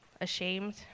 ashamed